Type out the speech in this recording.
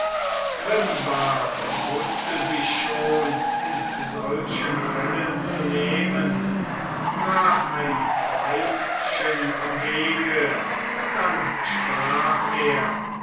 grimbart wußte sich schon in solchen fällen zu nehmen brach ein reischen am wege dann sprach er